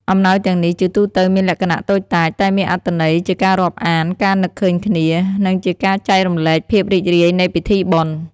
អំណោយទាំងនេះជាទូទៅមានលក្ខណៈតូចតាច តែមានអត្ថន័យជាការរាប់អាន ការនឹកឃើញគ្នា និងជាការចែករំលែកភាពរីករាយនៃពិធីបុណ្យ។